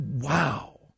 Wow